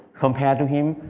compared to him,